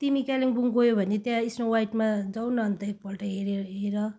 तिमी कालिम्पोङ गयो भने त्यहाँ स्नो वाइटमा जाऊ न अन्त एकपल्ट हेरेर हेर